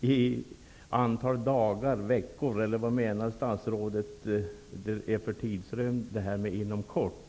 det fråga om ett antal dagar eller veckor eller vilken tidsrymd avser statsrådet med inom kort?